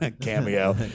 cameo